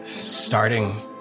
Starting